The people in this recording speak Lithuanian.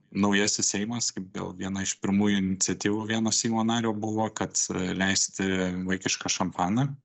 naujasis seimas kaip vėl viena iš pirmųjų iniciatyvų vieno seimo nario buvo kad leisti vaikišką šampaną